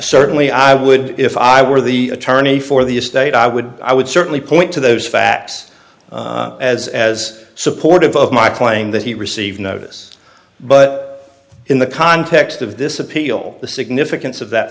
certainly i would if i were the attorney for the estate i would i would certainly point to those facts as as supportive of my claim that he received notice but in the context of this appeal the significance of that